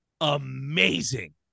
amazing